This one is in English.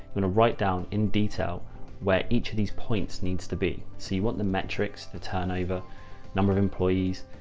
and write down in detail where each of these points needs to be. see what the metrics, the turnover number of employees,